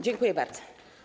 Dziękuję bardzo.